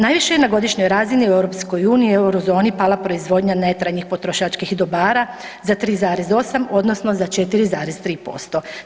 Najviše je na godišnjoj razini u EU i Euro zoni pala proizvodnja netrajnih potrošačkih dobara za 3,8 odnosno za 4,3%